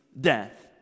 death